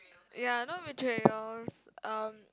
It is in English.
ya no betrayals um